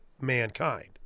mankind